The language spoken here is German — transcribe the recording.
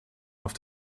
auf